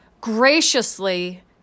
graciously